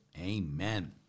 amen